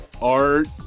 Art